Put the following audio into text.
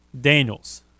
Daniels